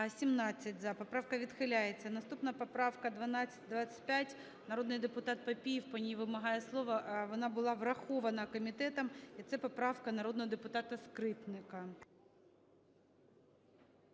За-17 Поправка відхиляється. Наступна поправка – 1225. Народний депутат Папієв по ній вимагає слова. Вона була врахована комітетом, і це поправка народного депутата Скрипника.